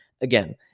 Again